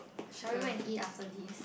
shall we go and eat after this